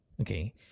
Okay